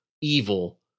evil